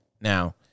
Now